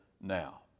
now